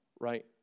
Right